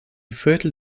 viertel